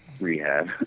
rehab